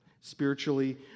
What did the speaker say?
spiritually